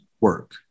work